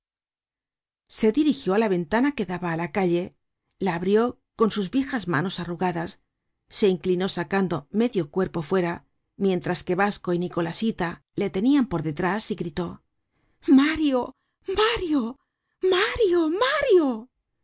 se dirigió á la ventana que daba á la calle la abrió con sus viejas manos arrugadas se inclinó sacando medio cuerpo fuera mientras que basco y nicolasita le tenian por detrás y gritó mario mario mario mario